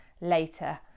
later